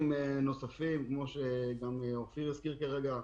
נוספים כמו שגם אופיר הזכיר כרגע.